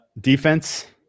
defense